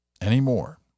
anymore